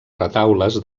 retaules